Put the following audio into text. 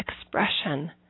expression